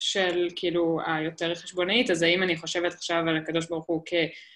של כאילו היותר חשבונאית, אז האם אני חושבת עכשיו על הקדוש ברוך הוא כ...